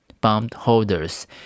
bondholders